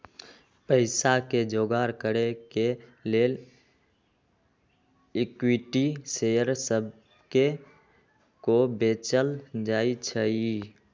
पईसा के जोगार करे के लेल इक्विटी शेयर सभके को बेचल जाइ छइ